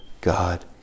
God